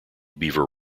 beaver